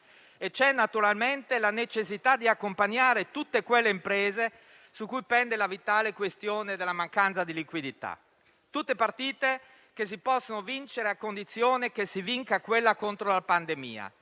e c'è, naturalmente, la necessità di accompagnare tutte le imprese su cui pende la vitale questione della mancanza di liquidità. Tutte partite che si possono vincere a condizione che si vinca quella contro la pandemia.